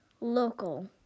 Local